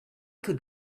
could